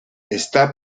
está